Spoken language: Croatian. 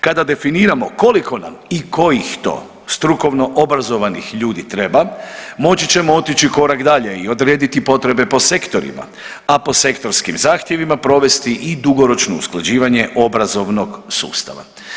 Kada definiramo koliko nam i kojih to strukovno obrazovnih ljudi treba, moći ćemo otići i korak dalje i odrediti potrebe po sektorima, a po sektorskim zahtjevima provesti i dugoročno usklađivanje obrazovnog sustava.